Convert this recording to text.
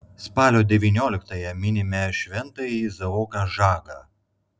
spalio devynioliktąją minime šventąjį izaoką žagą